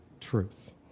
truth